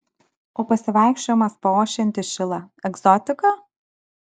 o pasivaikščiojimas po ošiantį šilą egzotika